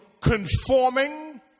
conforming